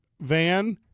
Van